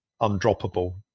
undroppable